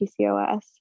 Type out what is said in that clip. PCOS